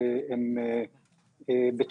מקריאה הודעה נוספת: שאלה בנוגע לאחים